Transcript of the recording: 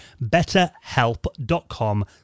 betterhelp.com